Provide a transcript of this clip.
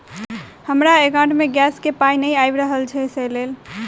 हमरा एकाउंट मे गैस केँ पाई नै आबि रहल छी सँ लेल?